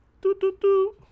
do-do-do